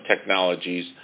technologies